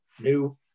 new